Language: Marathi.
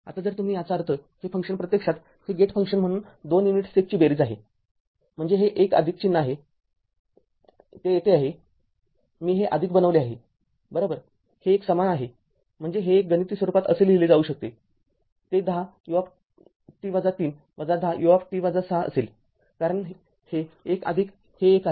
आता जर तुम्ही याचा अर्थहे फंक्शन प्रत्यक्षात हे गेट फंक्शन फंक्शन म्हणून २ युनिट स्टेप्सची बेरीज आहे म्हणजे हे एक चिन्ह येथे आहेमी हे बनविले आहे बरोबर हे एक समान आहे म्हणजेच हे एक गणिती स्वरूपात असे लिहिले जाऊ शकते ते १० ut-३ १० ut ६ असेल कारण हे एक हे एक आहे